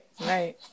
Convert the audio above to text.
Right